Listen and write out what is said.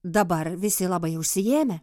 dabar visi labai užsiėmę